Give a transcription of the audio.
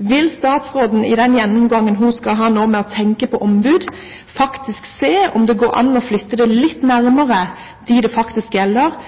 Vil statsråden i den gjennomgangen hun skal ha med tanke på ombud, se om det går an å flytte det litt nærmere dem det faktisk gjelder,